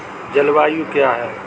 जलवायु क्या है?